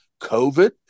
COVID